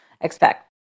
expect